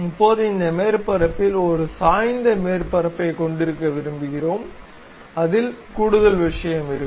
இப்போது இந்த மேற்பரப்பில் ஒரு சாய்ந்த மேற்பரப்பைக் கொண்டிருக்க விரும்புகிறோம் அதில் கூடுதல் விஷயம் இருக்கும்